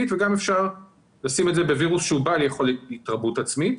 וגם אפשר לשים את זה בווירוס שהוא בעל יכולת התרבות עצמית.